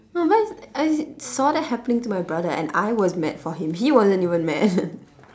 no but as in I saw that happening to my brother and I was mad for him he wasn't even mad